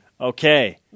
Okay